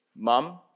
Mom